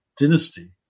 dynasty